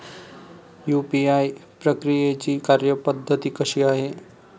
UPI प्रक्रियेची कार्यपद्धती कशी आहे?